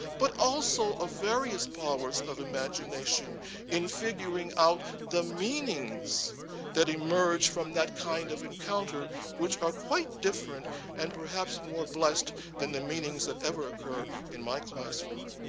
but also of various powers of imagination in figuring out the meanings that emerge from that kind of encounter which are quite different and perhaps more blessed than the meanings that ever occur in my classroom.